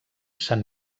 sant